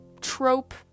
trope